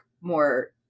more